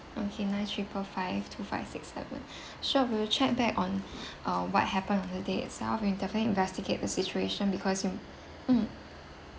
okay nine triple five two five six seven sure we will check back on uh what happened on the day itself we definitely investigate the situation because mm